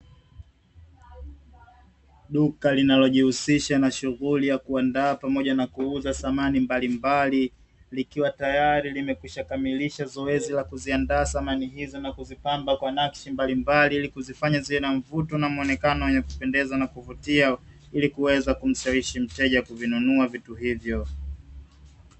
Duka linalojihusisha na shughuli ya kuandaa pamoja na kuuza samani mbalimbali likiwa tayari limekwishakamilisha zoezi la kuziandaa samani hizo na kuzipamba kwa nakshi mbalimbali ili kuzifanya kuwa na mvuto na zenye kuvutia ili kuweza kumshawishi mteja kuvinunua vitu hivyo.